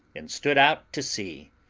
and stood out to sea,